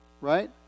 right